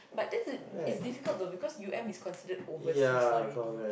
but then the it's difficult know cause U_M is considered overseas already